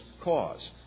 cause